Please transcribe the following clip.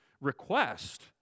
request